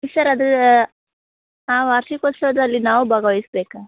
sir ಅದು ಆ ವಾರ್ಷಿಕೋತ್ಸವದಲ್ಲಿ ನಾವು ಭಾಗವಯಿಸ್ಬೇಕಾ